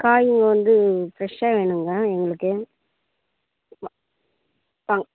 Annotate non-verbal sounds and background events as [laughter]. காய்ங்க வந்து ஃப்ரெஷ்ஷாக வேணுங்க எங்களுக்கு [unintelligible] வா